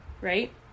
right